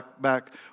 back